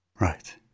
Right